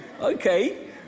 Okay